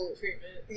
treatment